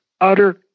utter